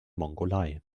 mongolei